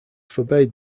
forbade